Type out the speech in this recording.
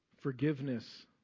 forgiveness